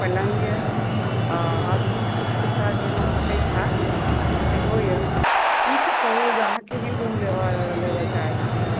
पलङ्ग यऽ आ आधुनिक सुख सुविधा जे अहाँ तकैत होयब तऽ सेहो यऽ ई तऽ कहु जे अहाँ केहन रूम लेबऽ चाहैत छी